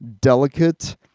delicate